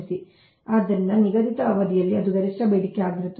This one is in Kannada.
ಆದ್ದರಿಂದ ನಿಗದಿತ ಅವಧಿಯಲ್ಲಿ ಅದು ಗರಿಷ್ಠ ಬೇಡಿಕೆಯಾಗಿರುತ್ತದೆ